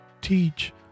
teach